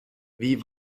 wie